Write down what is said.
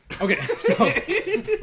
Okay